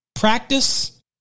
practice